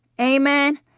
Amen